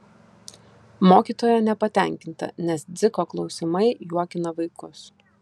mokytoja nepatenkinta nes dziko klausimai juokina vaikus